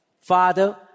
Father